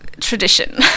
tradition